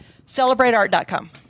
CelebrateArt.com